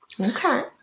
Okay